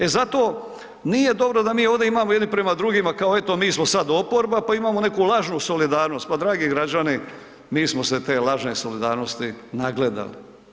E, zato nije dobro da mi ovdje imamo jedni prema drugima kao eto mi smo sad oporba, pa imamo neku lažnu solidarnost, pa dragi građani, mi smo se te lažne solidarnosti nagledali.